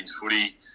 footy